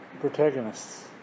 Protagonists